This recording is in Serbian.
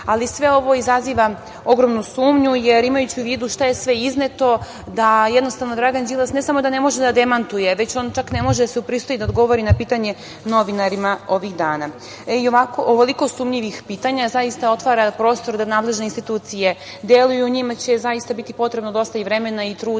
njega. Sve ovo izaziva ogromnu sumnju, jer imajući u vidu šta je sve izneto, da jednostavno Dragan Đilas, ne samo da ne može da demantuje, već on ne može da se upristoji da odgovori na pitanje novinarima ovih dana. Ovoliko sumnjivih pitanja, zaista otvara prostor da nadležne institucije deluju. Njima će biti potrebno dosta vremena i truda